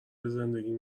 زندگیم